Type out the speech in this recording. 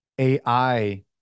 AI